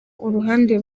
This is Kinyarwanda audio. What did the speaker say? uruhande